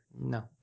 No